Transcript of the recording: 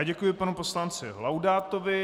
Děkuji panu poslanci Laudátovi.